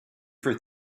for